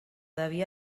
devia